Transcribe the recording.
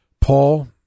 Paul